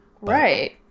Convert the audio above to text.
Right